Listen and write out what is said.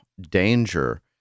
danger